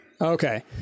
Okay